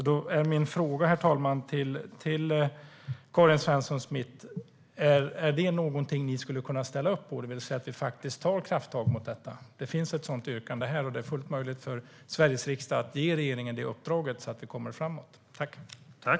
Då är min fråga till Karin Svensson Smith: Är detta något ni skulle kunna ställa upp på, det vill säga att vi faktiskt tar krafttag mot detta? Det finns ett sådant yrkande här, och det är fullt möjligt för Sveriges riksdag att ge regeringen det uppdraget, så att vi kommer framåt.